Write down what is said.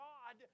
God